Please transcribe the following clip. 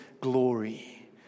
glory